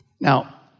Now